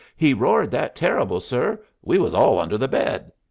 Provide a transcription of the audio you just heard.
he roared that terrible, sir, we was all under the bed.